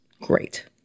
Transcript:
great